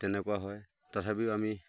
তেনেকুৱা হয় তথাপিও আমি